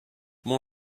mon